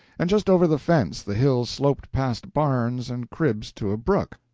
and just over the fence the hill sloped past barns and cribs to a brook,